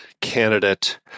candidate